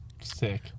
sick